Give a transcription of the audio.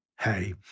hey